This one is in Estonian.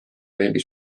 veelgi